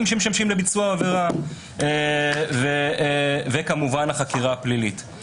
שמשמשים לביצוע העבירה וכמובן החקירה הפלילית.